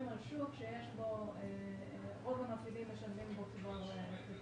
על שוק שרוב המפעילים משלמים מלא.